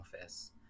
office